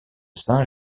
saint